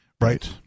Right